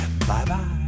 Bye-bye